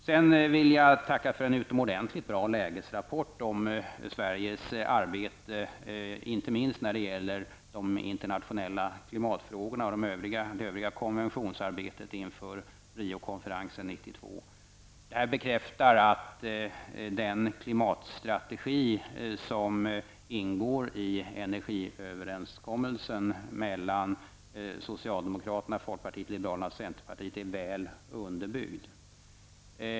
Sedan vill jag tacka för en utomordentligt bra lägesrapport om Sveriges arbete inte minst när det gäller de internationella klimatfrågorna och det övriga konventionsarbetet inför Rio-konferensen 1992. Det här bekräftar att den klimatstrategi som ingår i energiöverenskommelsen mellan socialdemokraterna, folkpartiet liberalerna och centerpartiet är väl underbyggd.